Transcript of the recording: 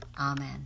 Amen